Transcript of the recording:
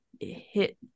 hit